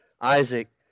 Isaac